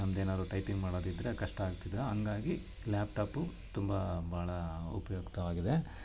ನಮ್ದೇನಾದ್ರು typing ಮಾಡೋದು ಇದ್ದರೆ ಕಷ್ಟ ಆಗ್ತಿದೋ ಹಾಗಾಗಿ ಲ್ಯಾಪ್ಟಾಪು ತುಂಬ ಭಾಳ ಉಪಯುಕ್ತವಾಗಿದೆ